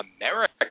America